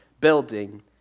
building